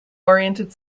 oriented